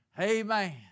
Amen